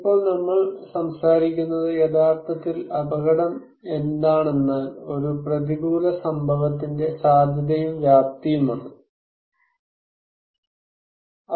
ഇപ്പോൾ നമ്മൾ സംസാരിക്കുന്നത് യഥാർത്ഥത്തിൽ അപകടം എന്താണെന്നാൽ ഒരു പ്രതികൂല സംഭവത്തിന്റെ സാധ്യതയും വ്യാപ്തിയും ആണ്